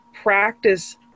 Practice